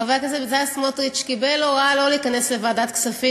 חבר הכנסת בצלאל סמוטריץ קיבל הוראה לא להיכנס לוועדת הכספים,